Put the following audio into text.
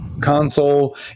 console